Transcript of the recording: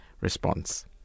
response